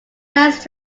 west